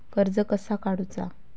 कर्ज कसा काडूचा?